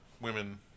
women